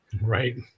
Right